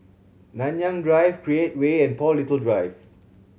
Nanyang Drive Create Way and Paul Little Drive